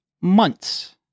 months